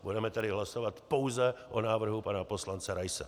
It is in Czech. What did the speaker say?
Budeme tedy hlasovat pouze o návrhu pana poslance Raise.